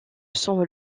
sans